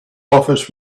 office